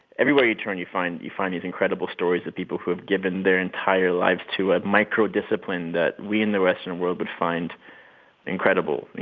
everywhere you turn, you turn, you find these incredible stories of people who have given their entire lives to a micro-discipline that we in the western world would find incredible.